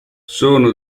sono